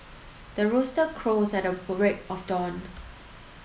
the rooster crows at the break of dawn